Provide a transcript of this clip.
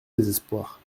désespoir